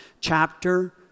chapter